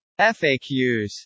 FAQs